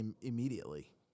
immediately